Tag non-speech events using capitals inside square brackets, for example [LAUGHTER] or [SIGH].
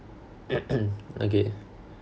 [COUGHS] okay